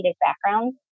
backgrounds